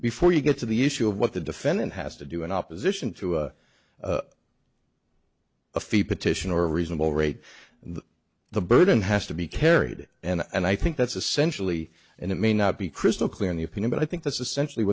before you get to the issue of what the defendant has to do in opposition to a fee petition or a reasonable rate that the burden has to be carried and i think that's essentially and it may not be crystal clear in the opinion but i think that's essentially